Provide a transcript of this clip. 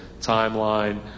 timeline